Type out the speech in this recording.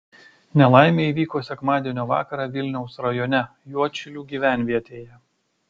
nelaimė įvyko sekmadienio vakarą vilniaus rajone juodšilių gyvenvietėje